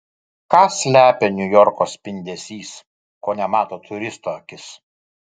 ką slepia niujorko spindesys ko nemato turisto akis